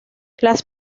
las